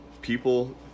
People